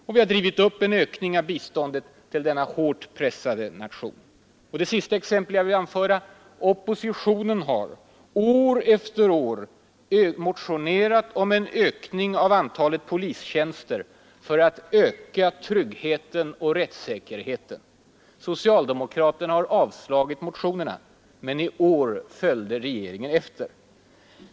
Det har drivit upp biståndet till denna hårt pressade nation. Ett sista exempel: oppositionen har år efter år motionerat om en ökning av antalet polistjänster för att öka tryggheten och rättssäkerheten Socialdemokraterna har avslagit motionerna. Men i år följde regeringen efter.